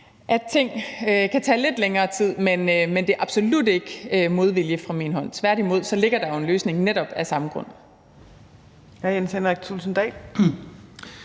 at ting kan tage lidt længere tid. Men der er absolut ikke tale om modvilje fra min side; tværtimod ligger der jo netop af samme grund